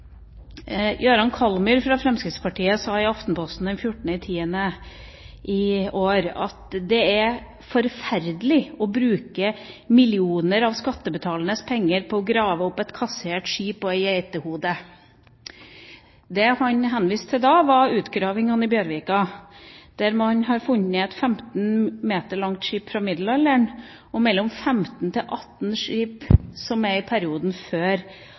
Jøran Kallmyr fra Fremskrittspartiet sa i Aftenposten den 14. oktober i år at det er forferdelig å bruke millioner av skattebetalernes penger på å grave opp et kassert skip og et geitehode. Det han henviste til da, var utgravingene i Bjørvika, der man har funnet et 15 meter langt skip fra middelalderen og mellom 15 og 18 skip som er fra perioden før